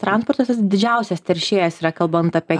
transportas jis didžiausias teršėjas yra kalbant apie